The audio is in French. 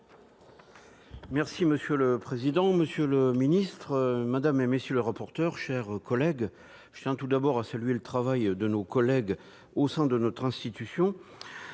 Monsieur le président, monsieur le secrétaire d'État, madame, messieurs les rapporteurs, mes chers collègues, je tiens tout d'abord à saluer le travail de nos collègues au sein de notre institution,